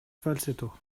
falsetto